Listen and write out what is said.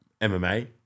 MMA